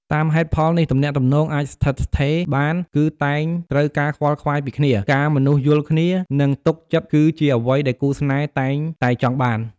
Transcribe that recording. តាមហេតុផលនេះទំនាក់ទំនងអាចស្ថិតស្ថេរបានគឺតែងត្រូវការខ្វល់ខ្វាយពីគ្នា ការមនុស្សយល់ចិត្ត និងទុកចិត្តគឺជាអ្វីដែលគូរស្នេហ៍តែងតែចង់បាន។